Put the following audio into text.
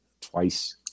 twice